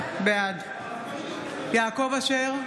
בעד יעקב אשר,